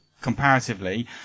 comparatively